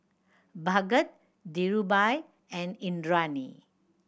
Bhagat Dhirubhai and Indranee